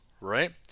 right